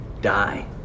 die